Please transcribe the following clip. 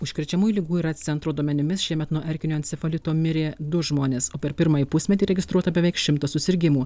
užkrečiamųjų ligų ir aids centro duomenimis šiemet nuo erkinio encefalito mirė du žmonės o per pirmąjį pusmetį registruota beveik šimtas susirgimų